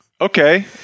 okay